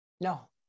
No